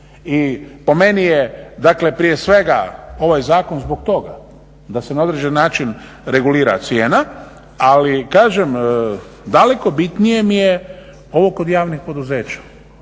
I po meni je dakle prije svega ovaj zakon zbog toga da se na određeni način regulira cijena ali kažem daleko bitnije mi je ovo kod javnih poduzeća